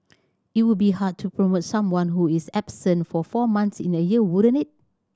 it would be hard to promote someone who is absent for four months in a year wouldn't it